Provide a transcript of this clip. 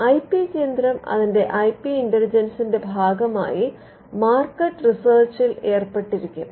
I P കേന്ദ്രം അതിന്റെ I P ഇന്റലിജൻസിന്റെ ഭാഗമായി മാർക്കറ്റ് റിസേർച്ചിൽ ഏർപ്പെട്ടിരിക്കും